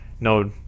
no